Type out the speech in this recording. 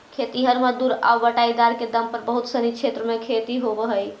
खेतिहर मजदूर आउ बटाईदार के दम पर बहुत सनी क्षेत्र में खेती होवऽ हइ